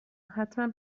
حتما